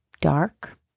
dark